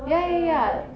ya ya ya